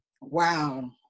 wow